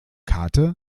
kate